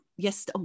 Yes